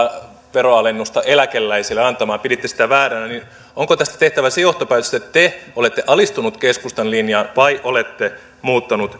veronalennusta eläkeläisille antamaan piditte sitä vääränä niin onko tästä tehtävä se johtopäätös että te olette alistunut keskustan linjaan vai että olette muuttanut